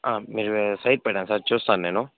మీరు సై సైడ్ పెట్టండి సార్ చూస్తాను నేను